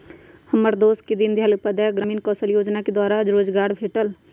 हमर दोस के दीनदयाल उपाध्याय ग्रामीण कौशल जोजना द्वारा रोजगार भेटल